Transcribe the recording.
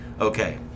okay